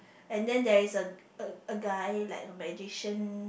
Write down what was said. and then there is a a a guy like a magician